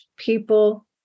people